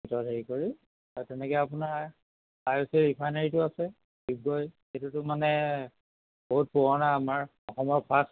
হেৰি কৰি এই তেনেকৈ আপোনাৰ তাৰপিছতে ৰিফাইনেৰীটো আছে ডিগবৈ সেইটোতো মানে বহুত পুৰণা আমাৰ অসমৰ ফাৰ্ষ্ট